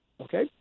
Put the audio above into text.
Okay